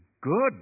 good